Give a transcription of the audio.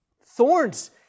thorns